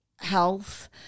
health